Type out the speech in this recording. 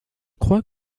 crois